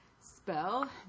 spell